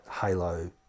Halo